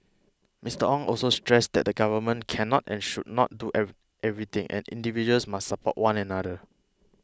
Mister Ong also stressed that the government cannot and should not do every everything and individuals must support one another